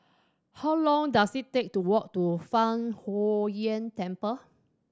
how long dose it take to walk to Fang Huo Yuan Temple